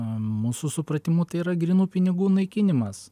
mūsų supratimu tai yra grynų pinigų naikinimas